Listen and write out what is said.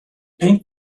paint